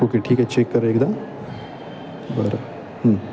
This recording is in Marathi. ओके ठीक आहे चेक कर एकदा बरं